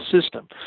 system